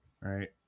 Right